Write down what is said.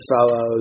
fellows